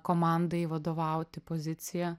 komandai vadovauti pozicija